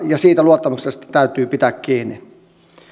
ja siitä luottamuksesta täytyy pitää kiinni